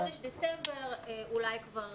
בחודש דצמבר אולי כבר